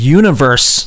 universe